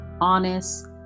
honest